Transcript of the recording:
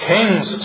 Kings